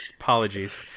apologies